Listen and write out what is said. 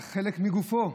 זה חלק מגופו.